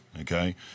okay